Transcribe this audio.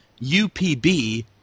UPB